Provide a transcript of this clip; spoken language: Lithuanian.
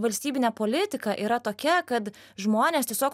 valstybinė politika yra tokia kad žmonės tiesiog